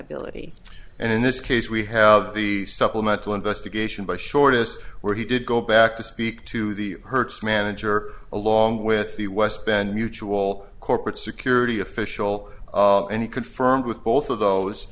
liability and in this case we have the supplemental investigation by shortest where he did go back to speak to the hertz manager along with the west bend mutual corporate security official any confirmed with both of those